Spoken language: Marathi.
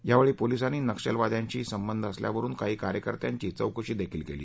यावेळी पोलिसांनी नक्षलवाद्यांशी सबधावरून काही कार्यकर्त्यांची चौकशीदेखील केली